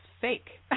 fake